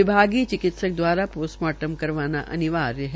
विभागीय चिकित्सक द्वारा पोटस्मार्टम करवाना अनिवार्य है